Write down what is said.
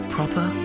Proper